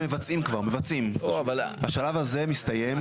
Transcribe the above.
מתקדמים זה מבצעים כבר מבצעים, השלב הזה מסתיים.